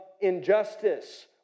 injustice